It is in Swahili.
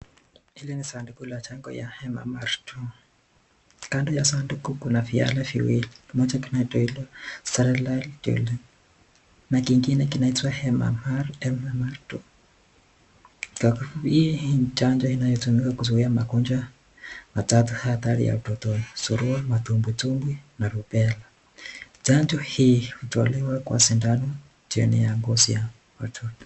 Hili ni sanduku la chanjo ya mmr two , kando ya sanduku kuna vichupa viwili, moja kinachoitwa salary na kingine kinaitwa mmr two ,hii ni chanjo inayotumika kuzuia magonjwa matatu hatri ya utotoni, surua, matumbwitumbwi na rubela, chanjo hii huchomwa kwa sindano chini ya ngozi ya watoto.